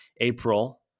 april